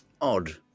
odd